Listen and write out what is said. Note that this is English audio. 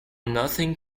nothing